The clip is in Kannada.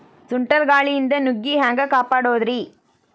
ಸುಂಟರ್ ಗಾಳಿಯಿಂದ ನುಗ್ಗಿ ಹ್ಯಾಂಗ ಕಾಪಡೊದ್ರೇ?